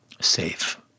Safe